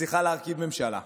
מצליחה להרכיב ממשלה,